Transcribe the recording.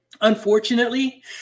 unfortunately